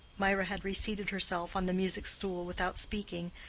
mirah had reseated herself on the music-stool without speaking,